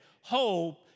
hope